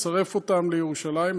מצרף אותם לירושלים,